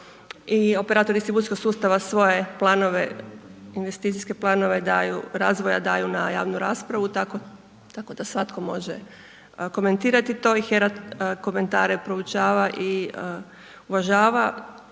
i operator distribucijskog sustava svoje planove, investicijske planove daju, razvoja daju na javnu raspravu tako da svatko može komentirati to i HERA komentare proučava i uvažava